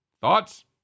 thoughts